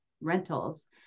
rentals